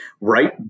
right